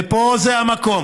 וזה המקום